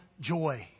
joy